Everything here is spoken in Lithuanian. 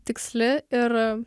tiksli ir